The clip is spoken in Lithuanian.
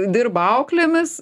dirba auklėmis